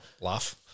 Laugh